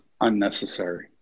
unnecessary